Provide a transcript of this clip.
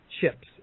chips